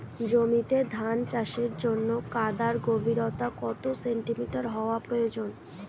জমিতে ধান চাষের জন্য কাদার গভীরতা কত সেন্টিমিটার হওয়া প্রয়োজন?